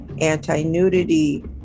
anti-nudity